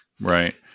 right